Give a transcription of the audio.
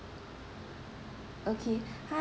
okay hi